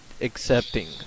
accepting